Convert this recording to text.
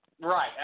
Right